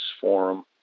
Forum